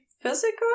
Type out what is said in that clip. physical